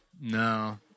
No